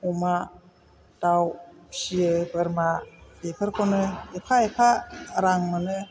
अमा दाव फियो बोरमा बेफोरखौनो एफा एफा रां मोनो